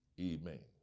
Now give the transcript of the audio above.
Amen